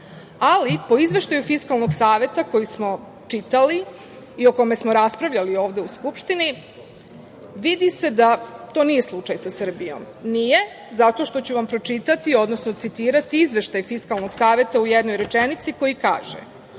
ali po Izveštaju Fiskalnog saveta, koji smo čitali i o kome smo raspravljali ovde u Skupštini, vidi se da to nije slučaj Srbije. Nije zato što ću vam citirati Izveštaj Fiskalnog saveta u jednoj rečenici, koja kaže: